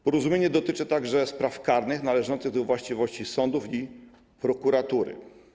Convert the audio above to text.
Porozumienie dotyczy także spraw karnych należących do właściwości sądów i prokuratury.